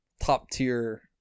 top-tier